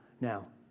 Now